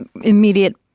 immediate